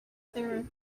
there